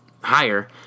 higher